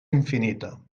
infinita